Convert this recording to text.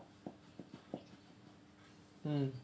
mm